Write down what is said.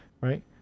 right